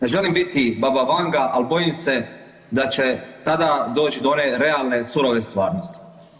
Ne želim biti baba Vanga, ali bojim se da će tada doći do one realne surove stvarnosti.